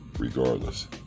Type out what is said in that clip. regardless